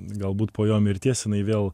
galbūt po jo mirties jinai vėl